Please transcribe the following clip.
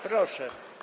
Proszę.